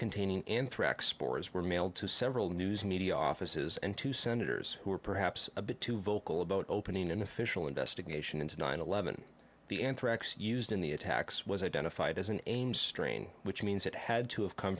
containing anthrax spores were mailed to several news media offices and two senators who were perhaps a bit too vocal about opening an official investigation into nine eleven the anthrax used in the attacks was identified as an ames strain which means it had to have come